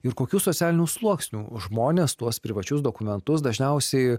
ir kokių socialinių sluoksnių žmonės tuos privačius dokumentus dažniausiai